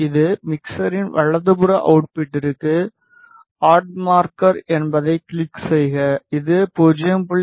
இது மிக்சரின் வலதுபுற அவுட்புட்டில் ஆட் மார்க்கர் என்பதைக் கிளிக் செய்க இது 0